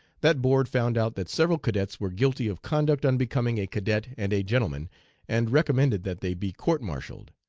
that board found out that several cadets were guilty of conduct unbecoming a cadet and a gentleman and recommended that they be court martialled,